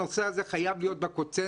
הנושא הזה חייב להיות בקונצנזוס,